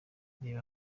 reba